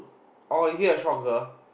oh is it the short girl